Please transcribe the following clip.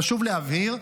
חשוב להבהיר,